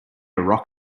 rock